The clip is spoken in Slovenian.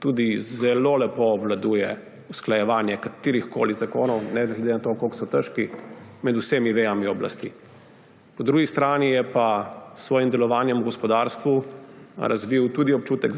tudi zelo lepo obvladuje usklajevanje katerihkoli zakonov, ne glede na to, koliko so težki, med vsemi vejami oblasti. Po drugi strani je pa s svojim delovanjem v gospodarstvu razvil tudi občutek,